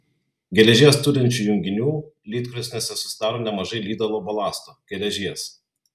geležies turinčių junginių lydkrosnėse susidaro nemažai lydalo balasto geležies